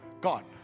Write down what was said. God